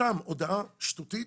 סתם הודעה שטותית